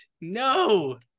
No